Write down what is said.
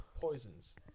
poisons